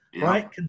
Right